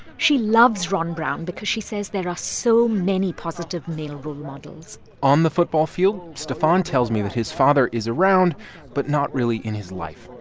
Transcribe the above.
she loves ron brown because she says there are so many positive male role models on the football field, stefan tells me that his father is around but not really in his life.